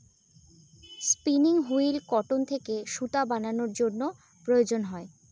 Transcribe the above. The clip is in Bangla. স্পিনিং হুইল কটন থেকে সুতা বানানোর জন্য প্রয়োজন হয়